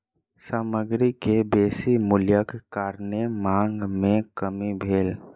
सामग्री के बेसी मूल्यक कारणेँ मांग में कमी भेल